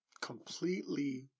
completely